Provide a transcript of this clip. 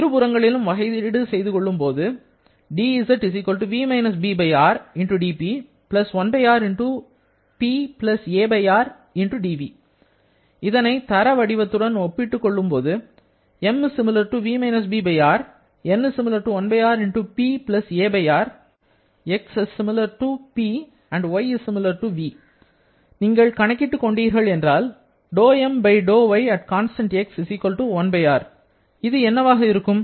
இருபுறங்களிலும் வகையீடு செய்துகொள்ளும்போது இதனை தர வடிவத்துடன் ஒப்பிட்டு கொள்ளும்போது x ≡ P y ≡ v நீங்கள் கணக்கிட்டு கொண்டீர்கள் என்றால் இது என்னவாக இருக்கும்